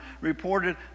reported